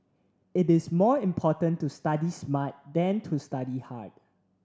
it is more important to study smart than to study hard